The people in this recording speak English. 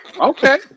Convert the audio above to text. okay